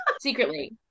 secretly